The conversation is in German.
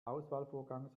auswahlvorgang